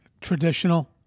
Traditional